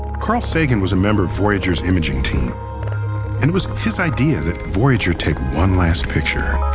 carl sagan was a member of voyager's imaging team. and it was his idea that voyager take one last picture.